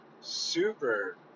super